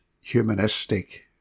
humanistic